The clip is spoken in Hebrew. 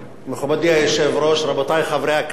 מכובדי היושב-ראש, רבותי חברי הכנסת,